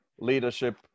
leadership